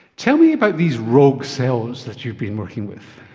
tell me about these rogue cells that you've been working with.